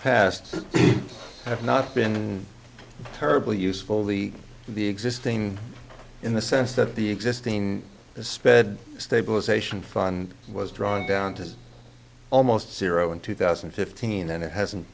have not been terribly useful the the existing in the sense that the existing sped stabilization fund was drawing down to almost zero in two thousand and fifteen and it hasn't